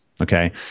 Okay